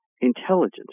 intelligence